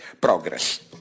progress